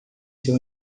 seu